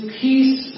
peace